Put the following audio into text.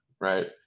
right